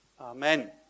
Amen